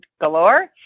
galore